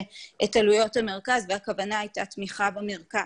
את עלויות המרכז והכוונה הייתה תמיכה במרכז.